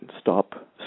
stop